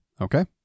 okay